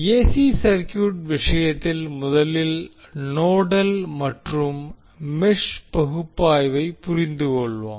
AC circuit விஷயத்தில் முதலில் nodal மற்றும் மெஷ் பகுப்பாய்வைப் புரிந்துகொள்வோம்